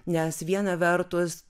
nes viena vertus